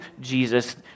Jesus